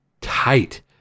tight